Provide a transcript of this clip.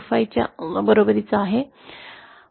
25 च्या आहे